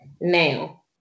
now